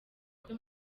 kwe